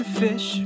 fish